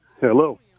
Hello